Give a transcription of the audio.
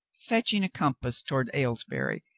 fetching a compass toward aylesbury,